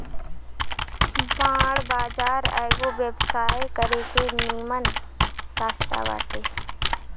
bond बाजार एगो व्यवसाय करे के निमन रास्ता बाटे